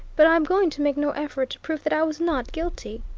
but i am going to make no effort to prove that i was not guilty.